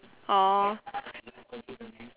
orh